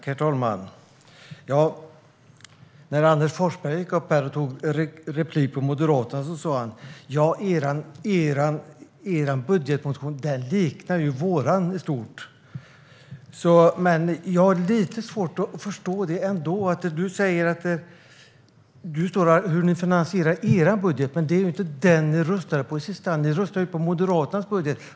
Herr talman! När Anders Forsberg begärde replik på Moderaterna sa han att Moderaternas budgetmotion i stort liknar Sverigedemokraternas. Jag har dock ändå lite svårt att förstå detta. Du talar om hur ni finansierar ert budgetförslag, Anders Forsberg, men det var ju inte det ni röstade på i sista hand. Ni röstade på Moderaternas budgetförslag.